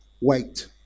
wait